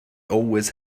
always